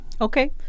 Okay